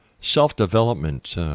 self-development